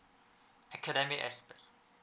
academic aspect